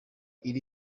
iri